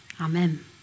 Amen